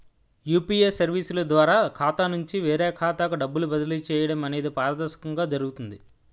UPA సర్వీసుల ద్వారా ఖాతా నుంచి వేరే ఖాతాకు డబ్బులు బదిలీ చేయడం అనేది పారదర్శకంగా జరుగుతుంది